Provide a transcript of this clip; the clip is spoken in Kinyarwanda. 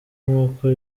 nk’uko